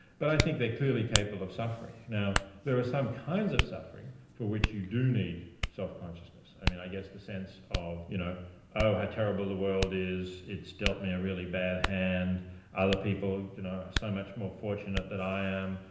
but i think they're clearly capable of suffering. now there are some kinds of suffering for which you do need self-consciousness. i mean i guess the sense of, you know oh, how terrible the world is, it's dealt me a really bad hand other people you know are so much more fortunate than i am.